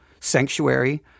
sanctuary